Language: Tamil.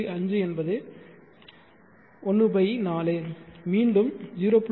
5 என்பது 14 மீண்டும் 0